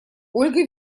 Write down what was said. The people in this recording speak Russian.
ольга